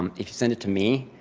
um if you send it to me,